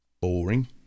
boring